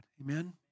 Amen